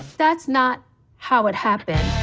that's not how it happened.